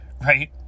right